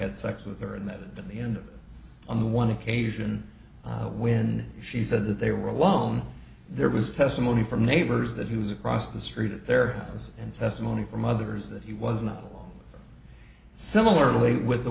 had sex with her and that in the end on one occasion when she said that they were alone there was testimony from neighbors that he was across the street at their house and testimony from others that he was not similarly with the